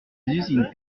usines